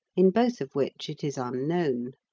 in both of which it is unknown.